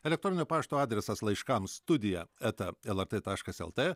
elektroninio pašto adresas laiškams studija eta lrt taškas lt